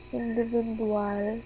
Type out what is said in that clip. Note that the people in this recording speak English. individual